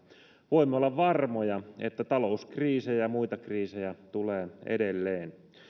voimme olla varmoja että talouskriisejä ja muita kriisejä tulee edelleen